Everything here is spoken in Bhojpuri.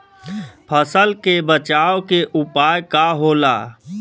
फसल के बचाव के उपाय का होला?